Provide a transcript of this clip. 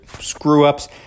screw-ups